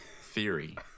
theory